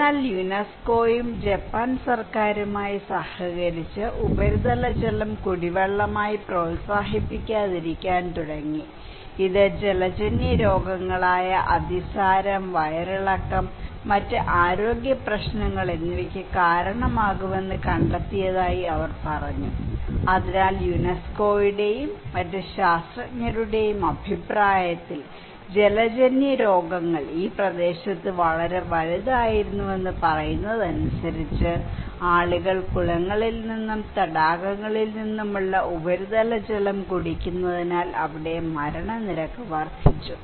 എന്നാൽ യുനെസ്കോയും ജപ്പാൻ സർക്കാരുമായി സഹകരിച്ച് ഉപരിതല ജലം കുടിവെള്ളമായി പ്രോത്സാഹിപ്പിക്കാതിരിക്കാൻ തുടങ്ങി ഇത് ജലജന്യ രോഗങ്ങളായ അതിസാരം വയറിളക്കം മറ്റ് ആരോഗ്യപ്രശ്നങ്ങൾ എന്നിവയ്ക്ക് കാരണമാകുമെന്ന് കണ്ടെത്തിയതായി അവർ പറഞ്ഞു അതിനാൽ യുനെസ്കോയുടെയും മറ്റ് ശാസ്ത്രജ്ഞരുടെയും അഭിപ്രായത്തിൽ ജലജന്യരോഗങ്ങൾ ഈ പ്രദേശത്ത് വളരെ വലുതായിരുന്നുവെന്ന് പറയുന്നതനുസരിച്ച് ആളുകൾ കുളങ്ങളിൽ നിന്നും തടാകങ്ങളിൽ നിന്നുമുള്ള ഉപരിതല ജലം കുടിക്കുന്നതിനാൽ അവിടെ മരണനിരക്ക് വർദ്ധിച്ചു